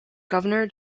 governor